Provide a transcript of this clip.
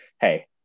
Hey